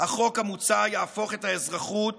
החוק המוצע יהפוך את האזרחות